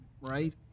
right